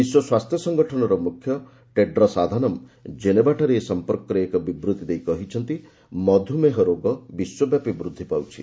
ବିଶ୍ୱସ୍ୱାସ୍ଥ୍ୟ ସଂଗଠନର ମୁଖ୍ୟ Tedros Adhanom ଜେନେଭାଠାରେ ଏ ସଂପର୍କରେ ଏକ ବିବୃତ୍ତି ଦେଇ କହିଛନ୍ତି ମଧୁମେହ ରୋଗ ବିଶ୍ୱବ୍ୟାପି ବୃଦ୍ଧି ପାଉଛି